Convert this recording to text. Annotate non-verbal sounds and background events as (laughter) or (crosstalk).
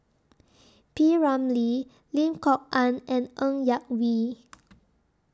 P Ramlee Lim Kok Ann and Ng Yak Whee (noise)